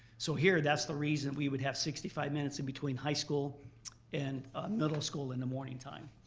so here, that's the reason we would have sixty five minutes in between high school and middle school in the morning time.